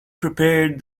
prepared